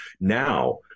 Now